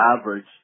average